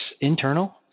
internal